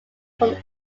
from